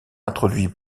introduit